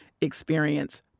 experience